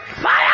FIRE